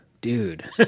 dude